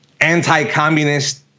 anti-communist